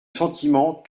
sentiment